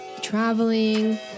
Traveling